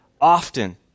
often